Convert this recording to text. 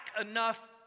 enough